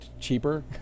cheaper